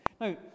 Now